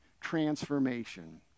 transformation